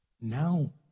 Now